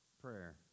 prayer